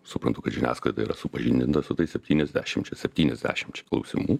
suprantu kad žiniasklaida yra supažindinta su tais septyniasdešimčia septyniasdešimčia klausimų